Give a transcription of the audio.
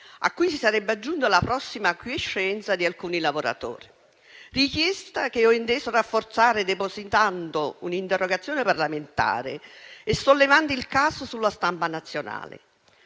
a cui si sarebbe aggiunta la quiescenza prossima di alcuni lavoratori. È una richiesta che ho inteso rafforzare depositando un'interrogazione parlamentare e sollevando il caso sulla stampa nazionale.